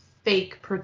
fake